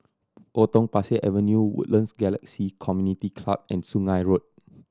Potong Pasir Avenue Woodlands Galaxy Community Club and Sungei Road